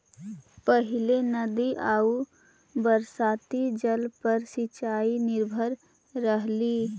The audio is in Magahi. पहिले नदी आउ बरसाती जल पर सिंचाई निर्भर हलई